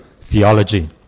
theology